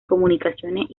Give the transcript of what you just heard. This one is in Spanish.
comunicaciones